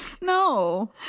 No